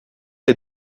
est